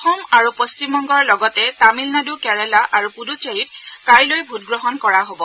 অসম আৰু পশ্চিমবংগৰ লগতে লগতে তামিলনাডু কেৰালা আৰু পুডুচেৰীত কাইলৈ ভোটগ্ৰহণ কৰা হব